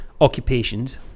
Occupations